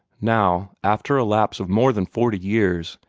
now, after a lapse of more than forty years,